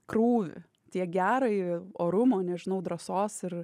krūvį tiek gerąjį orumo nežinau drąsos ir